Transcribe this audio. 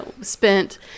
spent